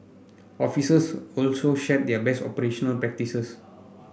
officers also shared their best operational practices